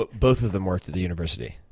but both of them worked at the university?